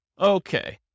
Okay